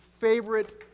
favorite